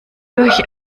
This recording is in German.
durch